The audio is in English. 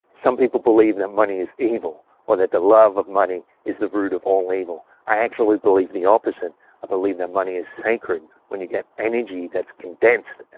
some people believe that money is evil or that the love of money is the root of all evil. i actually believe the opposite i believe that money is sacred. when you get energy that's condensed,